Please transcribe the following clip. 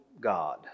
God